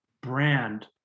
brand